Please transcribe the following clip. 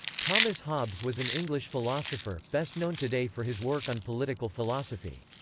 thomas hobbes was an english philosopher, best known today for his work on political philosophy.